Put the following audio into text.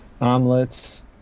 omelets